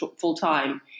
full-time